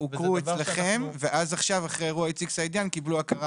זה אנשים שהוכרו אצלכם ואז אחרי אירוע איציק סעידיאן קיבלו הכרה